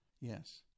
Yes